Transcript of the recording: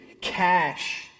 cash